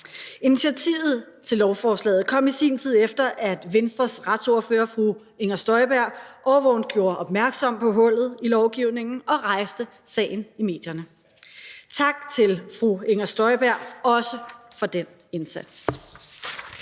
Initiativet til lovforslaget kom i sin tid, efter at Venstres retsordfører, fru Inger Støjberg, årvågent gjorde opmærksom på hullet i lovgivningen og rejste sagen i medierne. Tak til fru Inger Støjberg, også for den indsats.